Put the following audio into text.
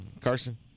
Carson